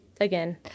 again